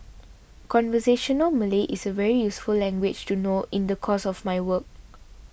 conversational Malay is a very useful language to know in the course of my work